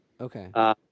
Okay